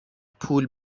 پول